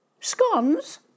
Scones